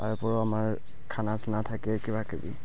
তাৰ উপৰিও আমাৰ খানা চানা থাকে কিবাকিবি